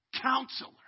Counselor